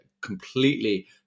completely